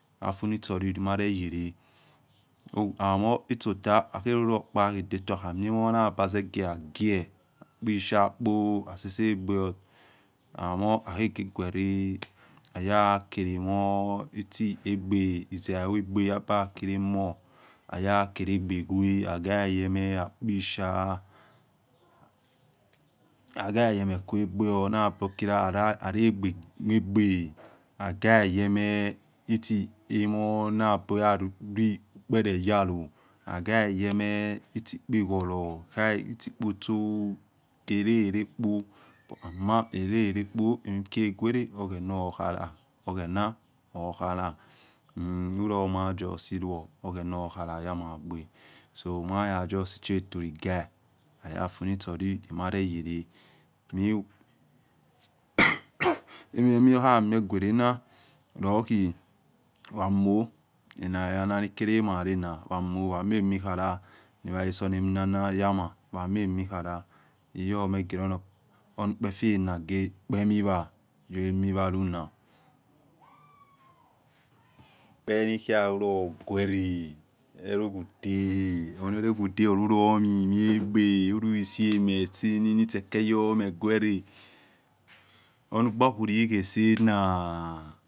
Afunitsololi maleyele omo etsota akpahe riodator hakhamiemho naye ze gaoh ha gioh akpishakpo hasesegbehor amor hakhe ge guere ayakelemho itsi egbe zaivo ogbo abakili amor ayakile ogbe gwe akha iye mhe akpisha akhayemekuegbewor nabor kila arogbe knuegbe akhaligemhe nitse amor nabor oya rumeleyalo, akhayomhe itsi okpekholo, itsi opotso, arorokpo ama arorokpo emikieguero oghena okhala oghena okhala hiloma justi luoli oghena okhala yamagbe somaya justi chyatiri ghili laloafunitso lilomareyele emiyohanue guerena loli wa moh enaya nakelemavaro na wamami khala nisoalasonaminonayama wamamikhala, iyomegerunukpefena rekpemi wa yemiwaluna eniklualuloguero elokhode enelokhode olulomimiegbe hilisi machine nitse ekeluomhe guere una ukpakwilli uhesena.